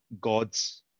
God's